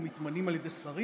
או מתמנים על ידי שרים,